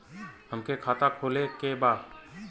हमके खाता खोले के बा?